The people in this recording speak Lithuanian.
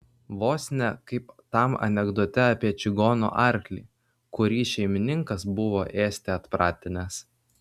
vos ne kaip tam anekdote apie čigono arklį kurį šeimininkas buvo ėsti atpratinęs